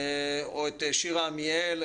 או שירה עמיאל,